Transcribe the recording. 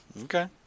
Okay